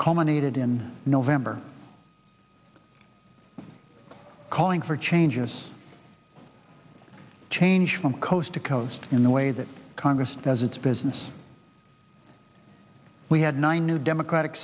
culminated in november calling for changes change from coast to coast in the way that congress does its business we had nine new democratic